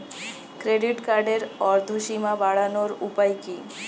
Credit কার্ডের উর্ধ্বসীমা বাড়ানোর উপায় কি?